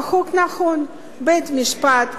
החוק נכון: בית-המשפט מחליט,